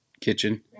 kitchen